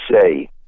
say